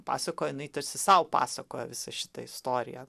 pasakoja jinai tarsi sau pasakoja visą šitą istoriją